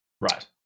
Right